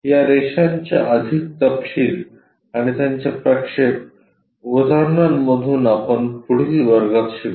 या रेषांचे अधिक तपशील आणि त्यांचे प्रक्षेप उदाहरणांमधून आपण पुढील वर्गात शिकू